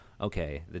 okay